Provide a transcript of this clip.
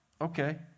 okay